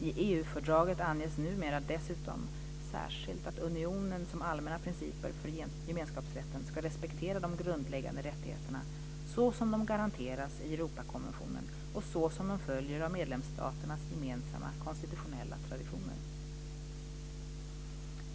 I EU fördraget anges numera dessutom särskilt att unionen som allmänna principer för gemenskapsrätten ska respektera de grundläggande rättigheterna, såsom de garanteras i Europakonventionen och såsom de följer av medlemsstaternas gemensamma konstitutionella traditioner.